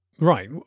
Right